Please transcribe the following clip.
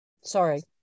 sorry